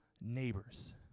neighbors